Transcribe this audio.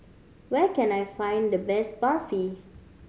where can I find the best Barfi